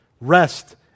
Rest